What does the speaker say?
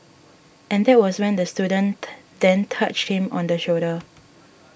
and that was when the student then touched him on the shoulder